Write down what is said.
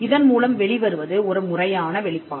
இதன் மூலம் வெளிவருவது ஒரு முறையான வெளிப்பாடு